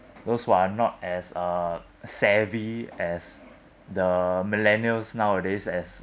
those who are not as uh savvy as the millennials nowadays as